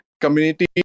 community